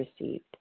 received